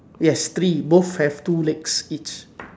yes three both have two legs each